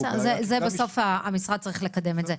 בסוף המשרד צריך לקדם את זה.